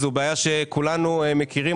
כולנו מכירים